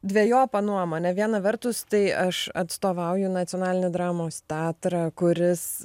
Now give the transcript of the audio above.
dvejopą nuomonę viena vertus tai aš atstovauju nacionalinį dramos teatrą kuris